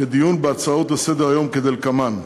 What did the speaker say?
לדיון בהצעות לסדר-היום, כדלקמן: